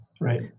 right